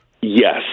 Yes